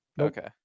Okay